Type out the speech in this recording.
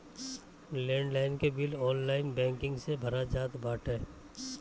land line के bill online banking से भरा जात बाटे